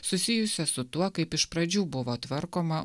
susijusias su tuo kaip iš pradžių buvo tvarkoma